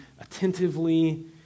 attentively